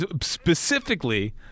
specifically